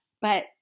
but-